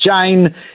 Jane